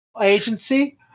agency